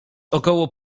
około